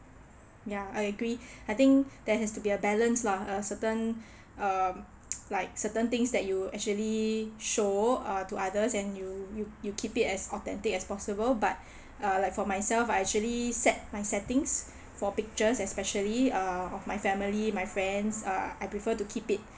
ya I agree I think there has to be a balance lah uh certain uh like certain things that you actually show uh to others and you you you keep it as authentic as possible but like for myself I actually set my settings for my pictures especially uh of my family my friends uh I prefer to keep it